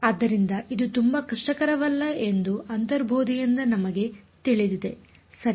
ಆದ್ದರಿಂದ ಇದು ತುಂಬಾ ಕಷ್ಟಕರವಲ್ಲ ಎಂದು ಅಂತರ್ಬೋಧೆಯಿಂದ ನಮಗೆ ತಿಳಿದಿದೆ ಸರಿ